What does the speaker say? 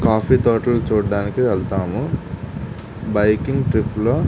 coffee తోటలు చూడటానికి వెళతాము బైకింగ్ ట్రిప్లో